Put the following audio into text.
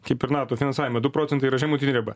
kaip ir nato finansavimai du procentai yra žemutinė riba